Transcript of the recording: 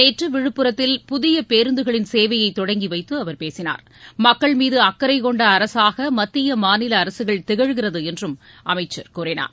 நேற்று விழுப்புரத்தில் புதிய பேருந்துகளின் சேவையை தொடங்கி வைத்து அவர் பேசினார் மக்கள்மீது அக்கறைகொண்ட அரசாக மத்திய மாநில அரசுகள் திகழ்கிறது என்றும் அமைச்சர் கூறினார்